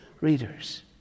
readers